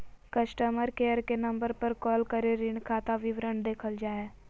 customer care के number पर call करके ऋण खाता विवरण देखल जा हय